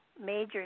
major